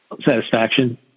satisfaction